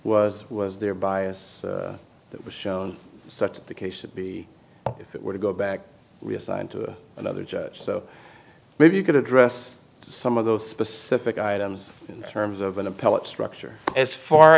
was was their bias that was shown such as the case should be if it were to go back reassigned to another judge so maybe you could address some of those specific items in terms of an appellate structure as far